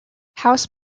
house